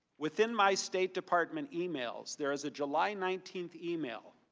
within my state department emails, there is a july nineteenth email.